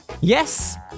Yes